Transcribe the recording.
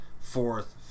fourth